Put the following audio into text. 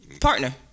Partner